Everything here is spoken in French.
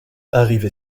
arrivé